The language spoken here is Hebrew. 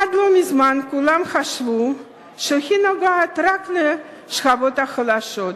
עד לא מזמן כולם חשבו שהיא נוגעת רק לשכבות החלשות,